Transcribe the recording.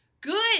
Good